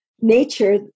nature